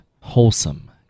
wholesome